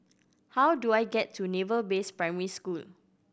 how do I get to Naval Base Primary School